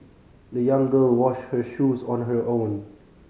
the young girl washed her shoes on her own